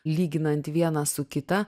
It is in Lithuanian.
lyginant vieną su kita